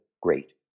great